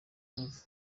bukavu